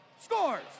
scores